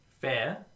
Fair